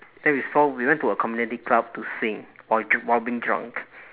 then we saw we went to a community club to sing while d~ while being drunk